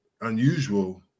unusual